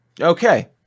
Okay